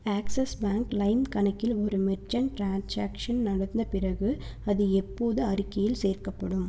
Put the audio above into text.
axis bank லைம் கணக்கில் ஒரு மெர்ச்சன்ட் ட்ரான்சாக்ஷன் நடந்த பிறகு அது எப்போது அறிக்கையில் சேர்க்கப்படும்